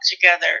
together